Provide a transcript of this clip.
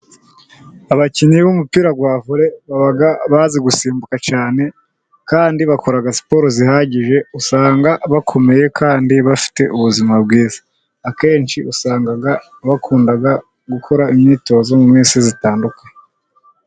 Abakinnyi b'umupira wa vole, baba bazi gusimbuka cyane, kandi bakora siporo zihagije, usanga bakomeye kandi bafite ubuzima bwiza, akenshi usanga bakunda gukora imyitozo mu minsi itandukanye.